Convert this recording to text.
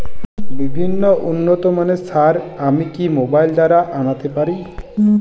বিভিন্ন উন্নতমানের সার আমি কি মোবাইল দ্বারা আনাতে পারি?